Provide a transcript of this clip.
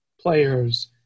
players